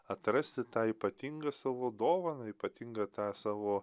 atrasti tą ypatingą savo dovaną ypatingą tą savo